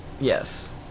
Yes